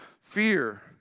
fear